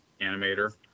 animator